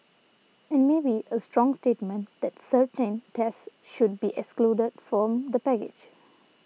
and maybe a strong statement that certain tests should be excluded from the package